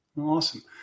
awesome